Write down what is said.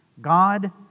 God